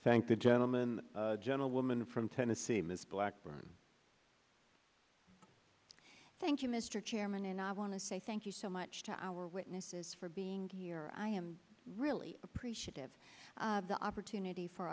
you thank the gentleman gentlewoman from tennessee miss blackburn thank you mr chairman and i want to say thank you so much to our witnesses for being here i am really appreciative of the opportunity for